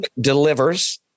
delivers